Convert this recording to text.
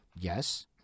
yes